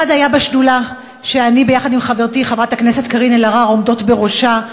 אחד היה בשדולה שאני וחברתי חברת הכנסת קארין אלהרר עומדות בראשה,